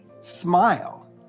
smile